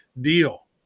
deal